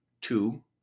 Two